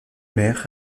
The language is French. mer